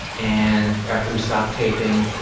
and after we stopped taping